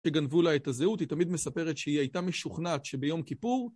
שגנבו לה את הזהות, היא תמיד מספרת שהיא הייתה משוכנעת שביום כיפור...